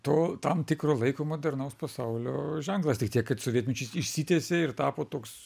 to tam tikro laiko modernaus pasaulio ženklas tik tiek kad sovietmečiu jis išsitiesė ir tapo toks